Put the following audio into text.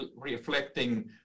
reflecting